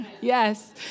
Yes